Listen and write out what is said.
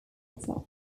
after